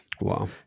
Wow